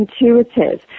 intuitive